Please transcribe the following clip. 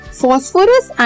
phosphorus